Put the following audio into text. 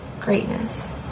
greatness